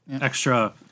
extra